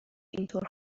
اینطور